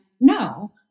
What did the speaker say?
no